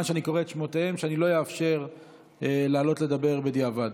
שאני קורא את שמותיהם שאני לא אאפשר לעלות לדבר בדיעבד.